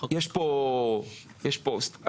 יש פוסט.